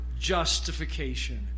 justification